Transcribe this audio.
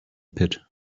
pit